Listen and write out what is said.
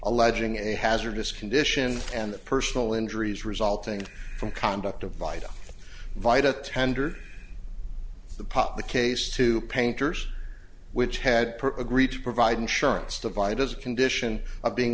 alleging a hazardous condition and personal injuries resulting from conduct of vital vital tender the pop the case to painters which had agreed to provide insurance divide as a condition of being